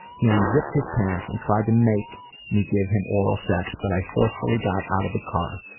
he unzipped his pants and tried to make me give him oral sex but i forcefully got out of the car.